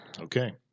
Okay